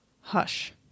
hush